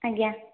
ଆଜ୍ଞା